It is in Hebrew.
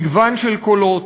מגוון של קולות,